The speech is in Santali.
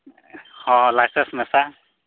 ᱦᱮᱸ ᱞᱟᱭᱥᱮᱱᱥ ᱢᱮᱥᱟ